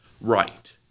Right